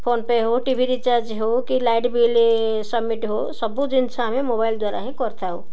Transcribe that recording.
phone pay ହଉ TV recharge ହଉ କି ଲାଇଟ୍ ବିଲ୍ ସବ୍ମିଟ୍ ହଉ ସବୁ ଜିନିଷ ଆମେ ମୋବାଇଲ ଦ୍ୱାରା ହିଁ କରିଥାଉ